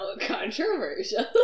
controversial